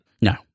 No